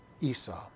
Esau